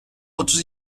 otuz